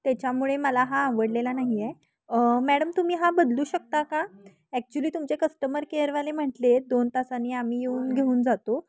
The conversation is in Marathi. त्याच्यामुळे मला हा आवडलेला नाही आहे मॅडम तुम्ही हा बदलू शकता का ॲक्च्युली तुमचे कस्टमर केअरवाले म्हटले दोन तासांनी आम्ही येऊन घेऊन जातो